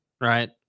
right